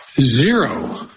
zero